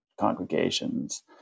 congregations